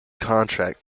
contract